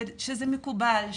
שזה מקובל,